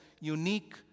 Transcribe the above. unique